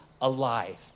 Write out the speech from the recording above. alive